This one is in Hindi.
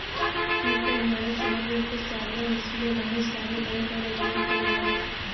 पीतम हमारे शहर में कुछ सालों में बहुत सारे बैंक और ए.टी.एम खुल गए हैं